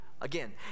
Again